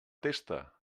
testa